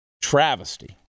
travesty